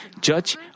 judge